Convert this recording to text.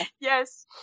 Yes